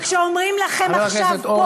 וכשאומרים לכם עכשיו פה